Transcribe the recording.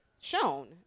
shown